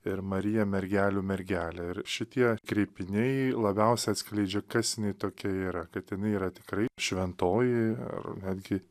ir marija mergelių mergelė ir šitie kreipiniai labiausia atskleidžia kas tokia yra kad jinai yra tikrai šventoji ar netgi